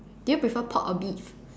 do you prefer pork or beef